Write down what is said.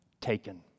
taken